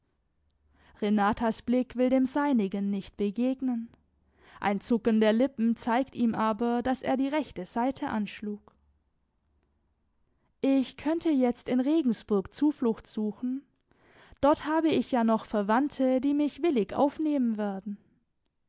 renatas blick will dem seinigen nicht begegnen ein zucken der lippen zeigt ihm aber daß er die rechte saite anschlug ich könnte jetzt in regensburg zuflucht suchen dort habe ich ja noch verwandte die mich willig aufnehmen werden